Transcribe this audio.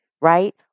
right